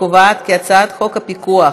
חוק הפיקוח